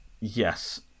yes